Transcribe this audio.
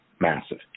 massive